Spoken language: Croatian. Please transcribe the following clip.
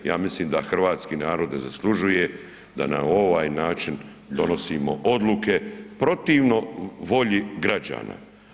Ja mislim da hrvatski narod ne zaslužuje da na ovaj način donosimo odluke protivno volji građana.